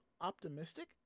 optimistic